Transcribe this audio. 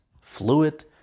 fluid